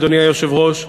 אדוני היושב-ראש,